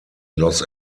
los